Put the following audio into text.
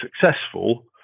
successful